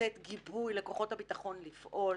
לתת גיבוי לכוחות הביטחון לפעול.